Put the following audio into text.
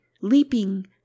leaping